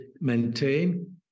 maintain